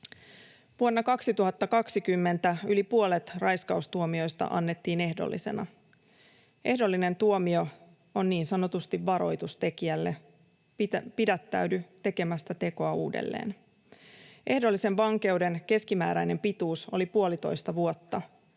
Vuonna 2020 yli puolet raiskaustuomioista annettiin ehdollisena. Ehdollinen tuomio on niin sanotusti varoitus tekijälle: pidättäydy tekemästä tekoa uudelleen. Ehdollisen vankeuden keskimääräinen pituus oli puolitoista vuotta.